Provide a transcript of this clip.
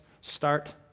start